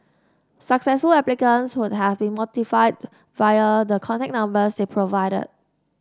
successful applicants would have been notified via the contact numbers they provided